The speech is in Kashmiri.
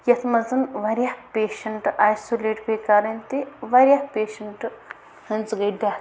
یَتھ منٛز واریاہ پیشَنٛٹ اَیسولیٹ پیٚیہِ کَرٕنۍ تہِ واریاہ پیشَنٛٹ ہٕنٛز گٔے ڈٮ۪تھ